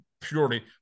purely